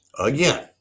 Again